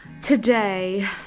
today